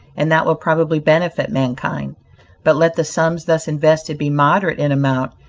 and that will probably benefit mankind but let the sums thus invested be moderate in amount,